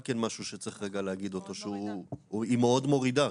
כן משהו שצריך רגע להגיד אותו שהיא מאוד מורידה.